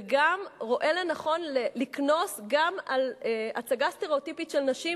ורואה לנכון לקנוס גם על הצגה סטריאוטיפית של נשים,